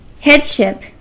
Headship